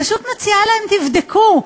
אני פשוט מציעה להם: תבדקו,